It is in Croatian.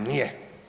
Nije.